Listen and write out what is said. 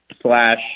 slash